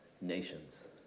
nations